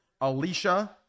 alicia